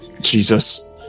Jesus